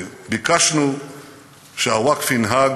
ביקשנו שהווקף ינהג